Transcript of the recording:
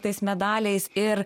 tais medaliais ir